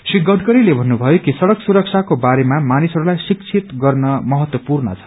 श्री गङ्करीले भन्नुभयो कि सङ्क सुरक्षाको बारेमा मानिसहस्ताई शिकित गरिने महत्वपूर्ण छ